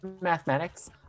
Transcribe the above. mathematics